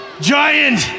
giant